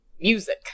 music